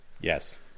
Yes